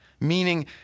Meaning